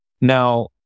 Now